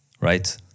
right